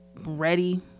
ready